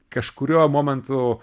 kažkuriuo momentu